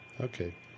okay